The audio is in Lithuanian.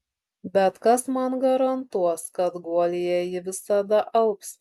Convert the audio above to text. bet kas man garantuos kad guolyje ji visada alps